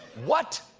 what?